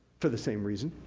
for the same reason,